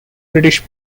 british